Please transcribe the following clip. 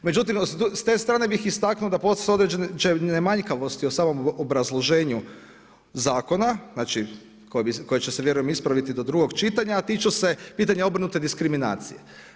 Međutim, s te strane bih istaknuo postoje određene manjkavosti o samom obrazloženju zakona, znači koje će se vjerujem ispraviti do drugog čitanja, a tiču se pitanja obrnute diskriminacije.